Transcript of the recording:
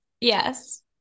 yes